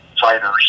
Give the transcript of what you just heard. fighters